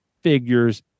figures